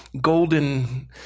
golden